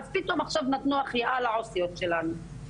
אז פתאום עכשיו נתנו החייאה לעו"סיות שלנו,